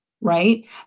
right